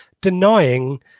denying